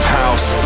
house